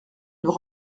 nous